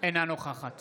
אינה נוכחת